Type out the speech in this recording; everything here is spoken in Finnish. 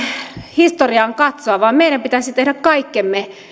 historiaan katsoa vaan meidän pitäisi tehdä kaikkemme